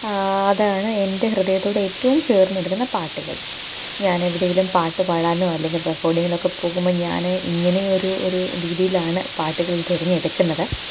അതാണ് എന്റെ ഹൃദയത്തോടേറ്റവും ചേർന്നു നിൽക്കുന്ന പാട്ടുകൾ ഞാനെവിടെയെങ്കിലും പാട്ടു പാടാനോ അല്ലെങ്കിൽ റെക്കോഡിങ്ങിനൊക്കെ പോകുമ്പോൾ ഞാൻ ഇങ്ങനെയൊരു ഒരു രീതിയിലാണ് പാട്ടുകൾ തിരഞ്ഞെടുക്കുന്നത്